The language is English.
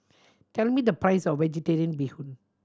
tell me the price of Vegetarian Bee Hoon